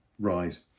rise